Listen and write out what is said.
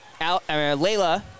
Layla